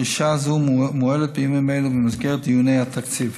דרישה זו מועלית בימים אלו במסגרת דיוני התקציב.